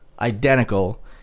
identical